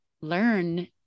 learn